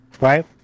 Right